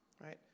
right